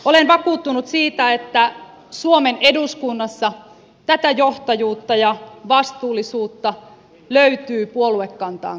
olen vakuuttunut siitä että suomen eduskunnassa tätä johtajuutta ja vastuullisuutta löytyy puoluekantaan katsomatta